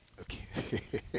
Okay